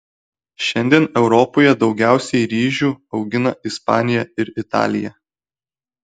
šiandien europoje daugiausiai ryžių augina ispanija ir italija